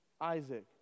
Isaac